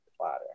platter